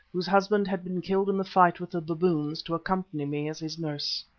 whose husband had been killed in the fight with the baboons, to accompany me as his nurse.